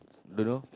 don't know